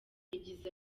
yagize